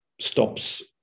stops